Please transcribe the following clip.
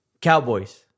Cowboys